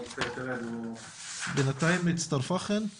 לא אנחנו הזכיינים של המכרז ולא אנחנו בעלי התקציב ולא